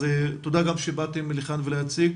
אז תודה גם שבאתם כאן להציג.